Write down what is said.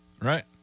right